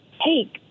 hey